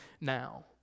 now